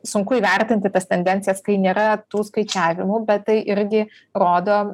sunku įvertinti tas tendencijas kai nėra tų skaičiavimų bet tai irgi rodo